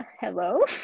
hello